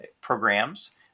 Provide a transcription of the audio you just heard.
programs